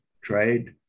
trade